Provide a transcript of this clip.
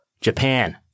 Japan